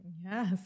Yes